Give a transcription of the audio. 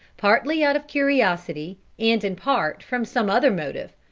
partly out of curiosity and in part from some other motive,